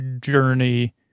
journey